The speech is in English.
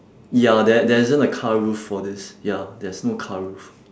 ya there there isn't a car roof for this ya there's no car roof